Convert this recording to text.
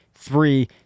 three